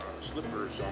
slippers